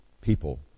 people